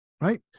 right